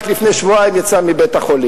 רק לפני שבועיים יצא מבית-החולים.